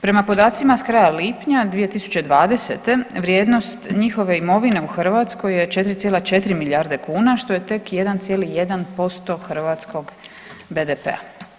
Prema podacima s kraja lipnja 2020. vrijednost njihove imovine u Hrvatskoj je 4,4 milijarde kuna što je tek 1,1% hrvatskog BDP-a.